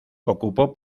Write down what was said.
ocupó